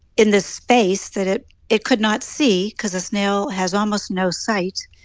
in this space that it it could not see because a snail has almost no sight.